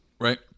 right